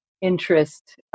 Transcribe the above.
interest